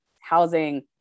housing